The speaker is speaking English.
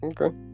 okay